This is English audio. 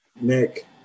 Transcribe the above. Nick